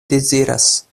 deziras